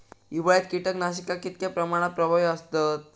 हिवाळ्यात कीटकनाशका कीतक्या प्रमाणात प्रभावी असतत?